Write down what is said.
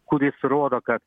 kuris rodo kad